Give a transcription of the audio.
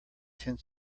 ten